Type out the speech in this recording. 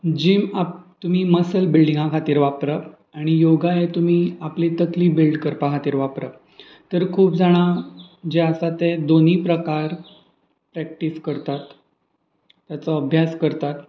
gym आप तुमी muscle बिल्डिंगा खातीर वापरप आनी योगा हे तुमी आपली तकली बिल्ड करपा खातीर वापरप तर खूब जाणां जे आसा ते दोनी प्रकार प्रॅक्टीस करतात ताचो अभ्यास करतात